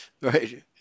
Right